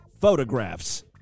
photographs